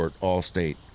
All-State